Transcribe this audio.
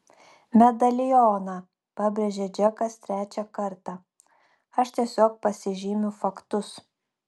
medalioną pabrėžė džekas trečią kartą aš tiesiog pasižymiu faktus